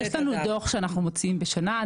יש לנו דוח שאנחנו מוציאים בשנה,